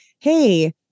hey